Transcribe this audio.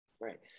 right